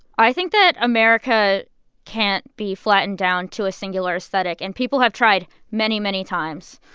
i think that america can't be flattened down to a singular aesthetic, and people have tried many, many times.